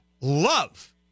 love